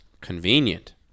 Convenient